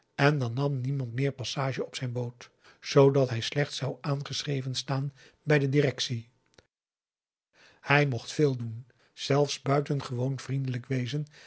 en dan nam niemand meer passage op zijn boot zoodat hij slecht zou aangeschreven staan bij de directie hij mocht veel doen zelfs buitengewoon vriendelijk wezen